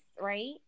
right